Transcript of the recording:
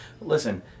Listen